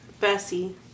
Bessie